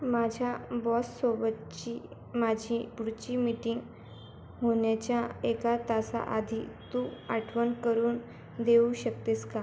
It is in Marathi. माझ्या बॉससोबतची माझी पुढची मिटिंग होण्याच्या एका तासाआधी तू आठवण करून देऊ शकतेस का